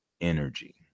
energy